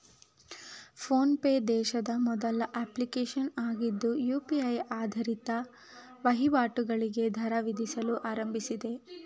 phone pay ದೇಶದ ಮೊದಲ application ಆಗಿದ್ದು ಯು.ಪಿ.ಐ ಆಧಾರಿತ ವಹಿವಾಟುಗಳಿಗೆ ದರ ವಿಧಿಸಲು ಆರಂಭಿಸಿದೆ